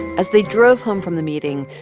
as they drove home from the meeting,